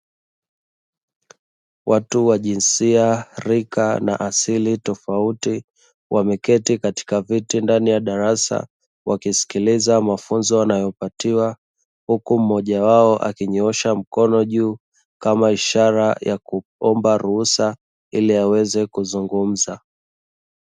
Watu wa jinsia rika na asili tofauti wameketi katika viti ndani ya darasa wakisikiliza mafunzo wanayopatiwa, huku mmoja wao akinyoosha mkono juu kama ishara ya kuomba ruhusa ili aweze kuzungumza.